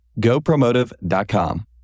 gopromotive.com